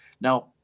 Now